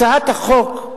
הצעת החוק,